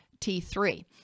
T3